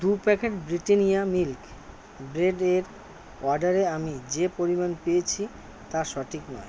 দু packet Britannia milk ব্রেডের অর্ডারে আমি যে পরিমাণ পেয়েছি তা সঠিক নয়